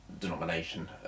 denomination